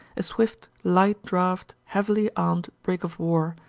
a swift, light-draught, heavily armed brig of war,